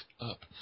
up